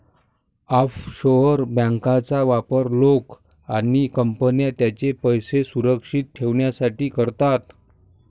offshore बँकांचा वापर लोक आणि कंपन्या त्यांचे पैसे सुरक्षित ठेवण्यासाठी करतात